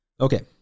Okay